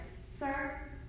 Sir